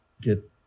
get